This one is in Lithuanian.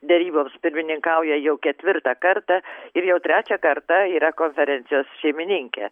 deryboms pirmininkauja jau ketvirtą kartą ir jau trečią kartą yra konferencijos šeimininkė